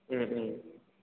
उम उम